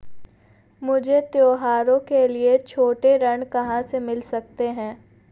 मुझे त्योहारों के लिए छोटे ऋृण कहां से मिल सकते हैं?